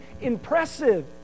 impressive